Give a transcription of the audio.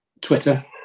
twitter